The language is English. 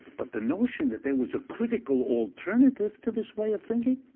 but the notion that there was a critical alternative to this way of thinking,